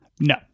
No